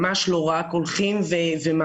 ממש לא רק, הולכים ומעמיקים.